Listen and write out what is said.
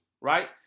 right